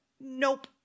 Nope